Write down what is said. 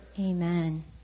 Amen